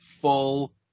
full